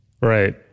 Right